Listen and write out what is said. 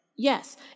Yes